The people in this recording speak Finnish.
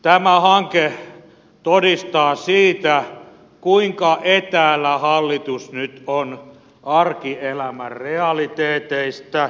tämä hanke todistaa siitä kuinka etäällä hallitus nyt on arkielämän realiteeteista